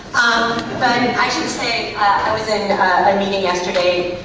but i should say i was in a meeting yesterday,